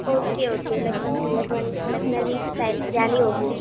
okay okay Lucknowi style biryani ہوگی